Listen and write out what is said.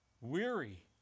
weary